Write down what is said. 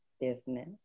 business